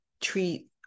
treat